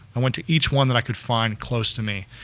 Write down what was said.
i went to each one that i could find close to me.